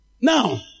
Now